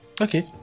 okay